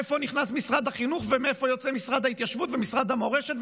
איפה נכנס משרד החינוך ומאיפה יוצא משרד ההתיישבות ומשרד המורשת,